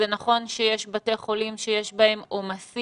ונכון, שיש בתי חולים שיש בהם עומסים,